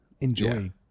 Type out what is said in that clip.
enjoy